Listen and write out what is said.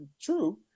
true